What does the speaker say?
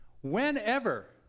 Whenever